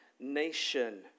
nation